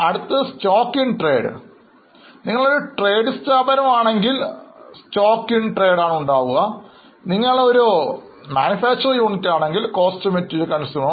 അടുത്തത് Stock in trade വാങ്ങൽ എന്താണ് stock in trade